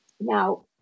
Now